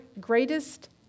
greatest